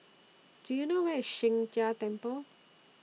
Do YOU know Where IS Sheng Jia Temple